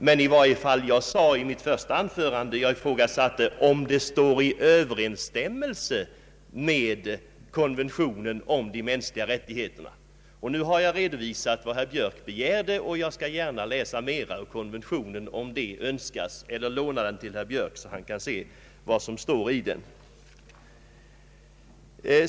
Jag ifrågasatte i mitt första anförande, om en kollektivanslutning är i Ööverensstämmelse med konventionen om de mänskliga rättigheterna. Nu har jag redovisat vad herr Björk begärde, och jag skall gärna läsa mer ur konventionen, om så önskas, eller låna ut den till herr Björk, så han själv kan se vad som står i den.